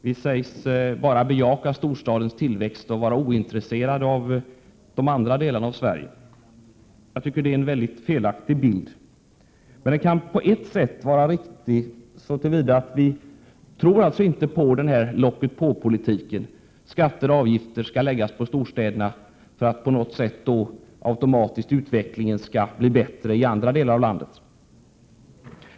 Vi sägs bara bejaka storstadens tillväxt och vara ointresserade av de andra delarna av Sverige. Det är en helt felaktig bild. Den kan emellertid på ett sätt vara riktig så till vida att vi inte tror på locket-på-politiken, att skatter och avgifter skall läggas på storstäderna för att utvecklingen då på något sätt automatiskt skall bli bättre i andra delar av landet.